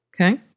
Okay